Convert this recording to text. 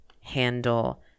handle